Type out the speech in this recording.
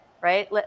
right